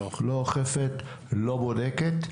לא בודקת,